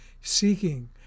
seeking